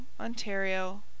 Ontario